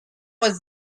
was